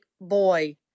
boy